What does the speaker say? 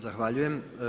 Zahvaljujem.